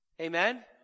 Amen